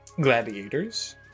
gladiators